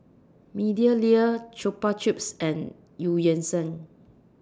Meadowlea Chupa Chups and EU Yan Sang